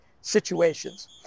situations